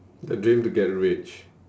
the dream to get rich